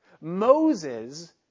Moses